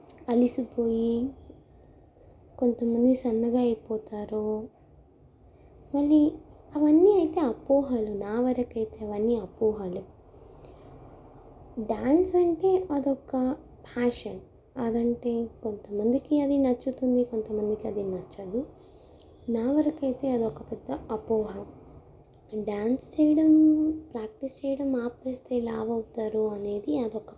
అలసిపోయి కొంతమంది సన్నగా అయిపోతారు మళ్ళీ అవన్నీ అయితే అపోహలు నావరకు అయితే అవన్నీ అపోహాలు డ్యాన్స్ అంటే అదొక్క పాషన్ అది అంటే కొంతమందికి అది నచ్చుతుంది కొంతమందికి అది నచ్చదు నావరకు అయితే అది ఒక పెద్ద అపోహ డ్యాన్స్ చేయడం ప్రాక్టీస్ చేయడం ఆపి వేస్తే లావు అవుతారు అనేది అదొక